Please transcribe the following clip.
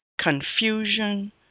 confusion